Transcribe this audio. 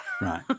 Right